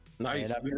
Nice